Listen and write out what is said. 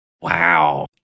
Wow